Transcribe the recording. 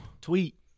Tweet